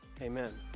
Amen